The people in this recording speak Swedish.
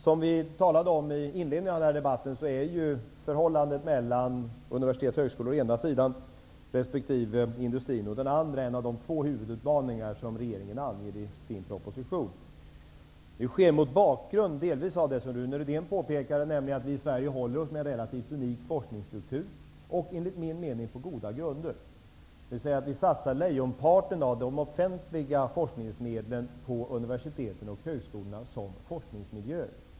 Som vi talade om i inledningen av debatten är förhållandet mellan å ena sidan universitet och högskolor och å andra sidan industrin en av de två huvudutmaningar som regeringen anger i sin proposition. Det gäller delvis mot bakgrund av det Rune Rydén påpekade, nämligen att vi i Sverige håller oss med en relativt unik forskningstruktur. Det gör vi enligt min mening på goda grunder. Vi satsar lejonparten av de offentliga forskningsmedlen på universiteten och högskolorna som forskningsmiljöer.